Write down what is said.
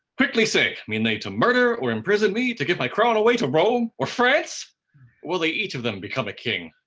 quickly say, mean they to murder, or imprison me, to give my crown away to rome or france? or will they each of them become a king?